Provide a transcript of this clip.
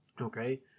Okay